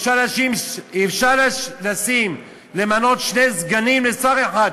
אפשר למנות שני סגנים לשר אחד,